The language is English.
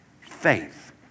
faith